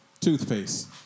Toothpaste